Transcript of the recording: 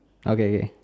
okay okay